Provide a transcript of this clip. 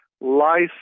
life